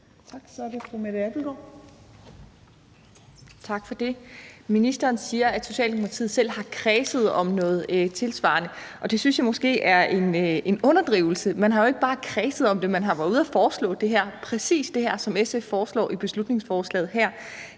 Tak for det. Ministeren siger, at Socialdemokratiet selv har kredset om noget tilsvarende, og det synes jeg måske er en underdrivelse, for man har jo ikke bare kredset om det; man har været ude at foreslå præcis det, som SF foreslår i beslutningsforslaget her.